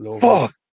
Fuck